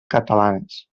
catalanes